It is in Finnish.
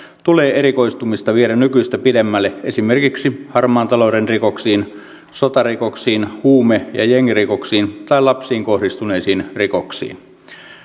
tulee erikoistumista viedä nykyistä pidemmälle esimerkiksi harmaan talouden rikoksiin sotarikoksiin huume ja jengirikoksiin tai lapsiin kohdistuneisiin rikoksiin